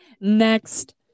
Next